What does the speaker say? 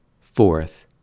fourth